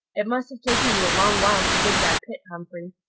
it must have taken you a long while to dig that pit, humphrey.